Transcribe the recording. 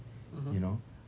you know